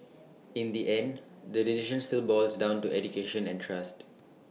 in the end the decision still boils down to education and trust